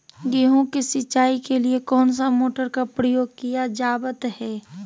गेहूं के सिंचाई के लिए कौन सा मोटर का प्रयोग किया जावत है?